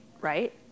right